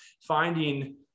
finding